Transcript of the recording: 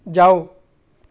ਜਾਓ